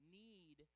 need